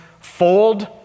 fold